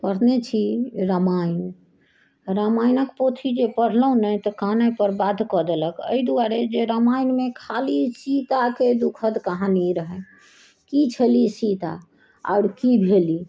पढ़ने छी रामायण रामायणके पोथी जे पढ़लहुँ ने तऽ कानैपर बाध्य कऽ देलक अइदुआरे जे रामायणमे खाली सीताके दुःखद कहानी रहनि की छली सीता आओर की भेली